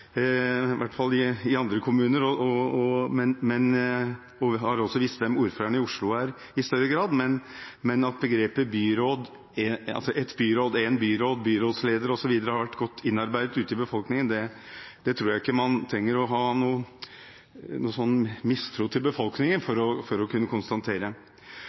hvert fall i andre kommuner, og vi har også visst hvem ordføreren i Oslo er i større grad, men at begrepene «et byråd», «en byråd», «byrådsleder» osv. ikke har vært godt innarbeidet ute i befolkningen, tror jeg ikke man trenger å ha noen mistro til befolkningen for å kunne konstatere.